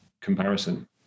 comparison